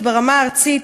הקרקע.